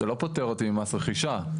זה לא פותר אותי ממס רכישה.